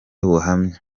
buhamye